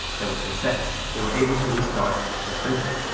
there was success. they were able to restart the printer.